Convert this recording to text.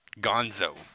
Gonzo